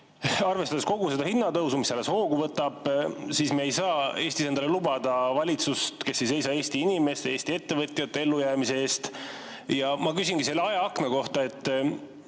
eest. Arvestades kogu seda hinnatõusu, mis alles hoogu võtab, me ei saa Eestis endale lubada valitsust, kes ei seisa Eesti inimeste ja Eesti ettevõtjate ellujäämise eest. Ja ma küsingi selle ajaakna kohta.